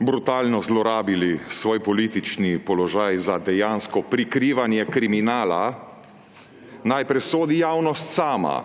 brutalno zlorabili svoj politični položaj za dejansko prikrivanje kriminala, naj presodi javnost sama.